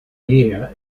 year